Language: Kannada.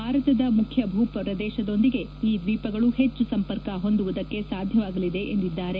ಭಾರತದ ಮುಖ್ಯ ಭೂಪ್ರದೇಶದೊಂದಿಗೆ ಈ ದ್ವೀಪಗಳು ಹೆಚ್ಚು ಸಂಪರ್ಕ ಹೊಂದುವುದಕ್ಕೆ ಸಾಧ್ಯವಾಗಲಿದೆ ಎಂದಿದ್ದಾರೆ